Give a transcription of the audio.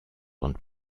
und